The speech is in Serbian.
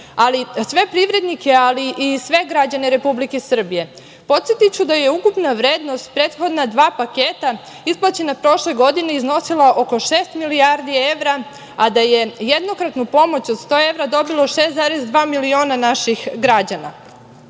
sve privrednike, ali i sve građane Republike Srbije. Podsetiću da je ukupna vrednost prethodna dva paketa isplaćena prošle godine iznosila oko šest milijardi evra, a da je jednokratnu pomoć od 100 evra dobilo 6,2 miliona naših građana.I